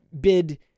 bid